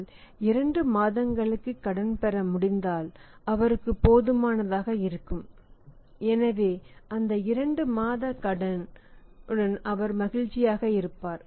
ஆனால் 2 மாதங்களுக்கு கடன் பெற முடிந்தால் அவருக்கு போதுமானதாக இருக்கும் எனவே அந்த இரண்டு மாதக் கடன் உடன் அவர் மகிழ்ச்சியாக இருப்பார்